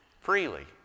freely